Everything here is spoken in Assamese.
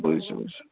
বুজিছোঁ বুজিছোঁ